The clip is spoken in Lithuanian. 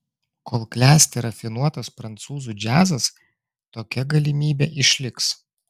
kol klesti rafinuotas prancūzų džiazas tokia galimybė išliks